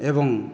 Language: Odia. ଏବଂ